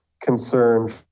concern